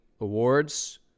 awards